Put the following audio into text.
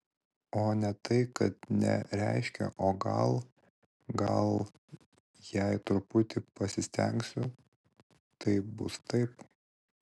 o ne tai kad ne reiškia o gal gal jei truputį pasistengsiu tai bus taip